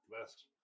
best